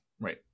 right